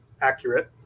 accurate